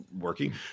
working